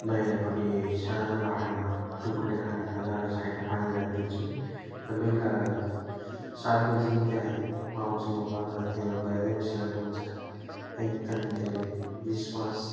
बाहिरपट्टि सानो भाँडामा कुकुरले खाने खाना र साइडमा पानी राखिदिन्छु र बेलुका सात बजी मात्रै आइ आउँछु म घर र त्यो बाहिरै बसिरहेको हुन्छ एकदमै त्यसले विश्वास